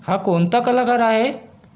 हा कोणता कलाकार आहे